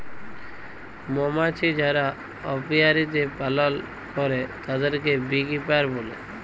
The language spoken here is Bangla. মমাছি যারা অপিয়ারীতে পালল করে তাদেরকে বী কিপার বলে